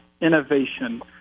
innovation